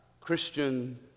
christian